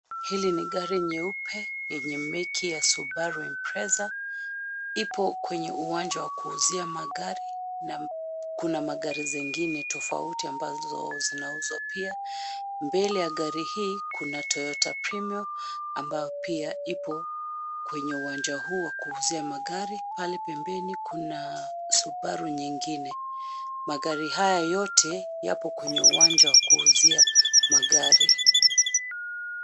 Hili ni gari nyeupe lenye meki ya Subaru Impreza. Ipo kwenye uwanja wa kuuzia magari na kuna magari zengine tofauti ambazo zinauzwa pia. Mbele ya gari hii, kuna Toyota Premio ambayo pia ipo kwenye uwanja huu wa kuuzia magari. Pale pembeni kuna Subaru nyingine. Magari haya yote yapo kwenye uwanja wa kuuzia magari.